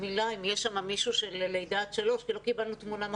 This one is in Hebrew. אם יש מישהו שיכול להתייחס לגיל לידה עד שלוש כי לא קיבלנו תמונה.